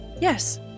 Yes